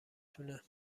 تونه